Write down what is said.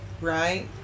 Right